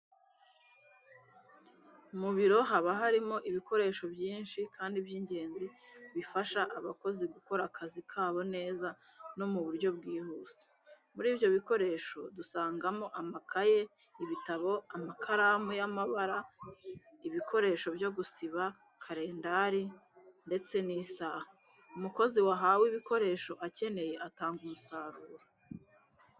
Mu biro haba harimo ibikoresho byinshi kandi by'ingenzi bifasha abakozi gukora akazi kabo neza no mu buryo bwihuse. Muri ibyo bikoresho dusangamo amakayi, ibitabo, amakaramu y'amabara, ibikoresho byo gusiba, kalendari ndetse n'isaha. Umukozi wahawe ibikoresho akeneye atanga umusaruro.